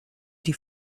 die